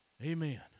Amen